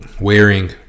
wearing